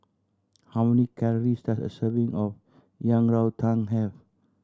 how many calories does a serving of Yang Rou Tang have